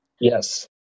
Yes